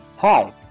Hi